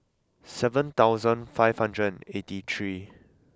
seven thousand five hundred and eighty three